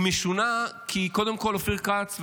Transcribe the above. היא משונה כי קודם כול אופיר כץ,